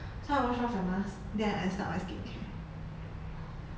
so I wash off my mask then I start my skincare